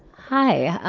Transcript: hi.